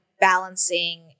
balancing